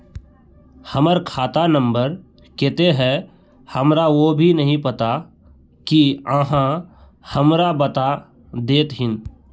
हमर खाता नम्बर केते है हमरा वो भी नहीं पता की आहाँ हमरा बता देतहिन?